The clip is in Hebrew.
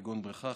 כגון בריכה,